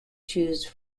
choose